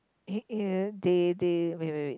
they they wait wait wait